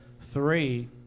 three